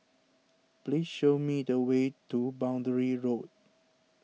please show me the way to Boundary Road